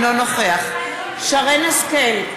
אינו נוכח שרן השכל,